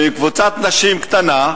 ומקבוצת נשים קטנה,